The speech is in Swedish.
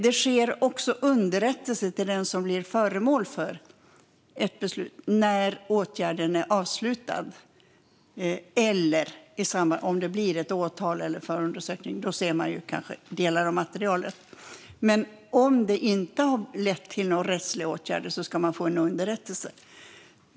Det sker också underrättelse till den som blir föremål för ett beslut när åtgärden är avslutad. Om det blir en förundersökning eller ett åtal ser man kanske delar av materialet, men om det inte leder till rättslig åtgärd ska man få en underrättelse.